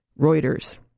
Reuters